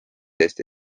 eesti